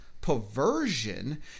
perversion